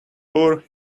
poor